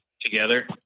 together